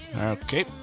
Okay